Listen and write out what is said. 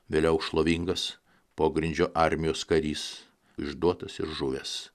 vėliau šlovingas pogrindžio armijos karys išduotas ir žuvęs